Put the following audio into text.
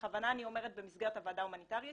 ובכוונה אני אומרת במסגרת הוועדה ההומניטרית